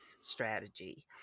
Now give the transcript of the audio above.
strategy